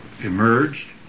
emerged